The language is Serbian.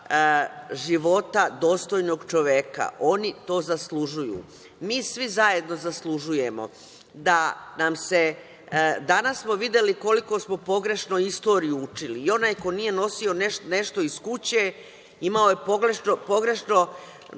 života dostojnog čoveka. Oni to zaslužuju. Mi svi zajedno zaslužujemo… Danas smo videli koliko smo pogrešnu istoriju učili i onaj ko nije nosio nešto iz kuće imao je potpuno